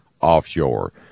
offshore